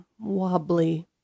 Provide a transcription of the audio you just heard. wobbly